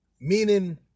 Meaning